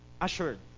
assured